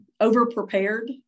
over-prepared